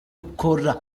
ukora